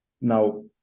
Now